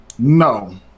No